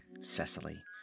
Cecily